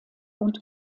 und